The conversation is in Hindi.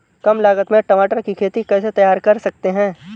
कम लागत में टमाटर की खेती कैसे तैयार कर सकते हैं?